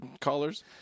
callers